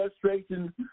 frustration